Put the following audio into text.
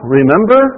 remember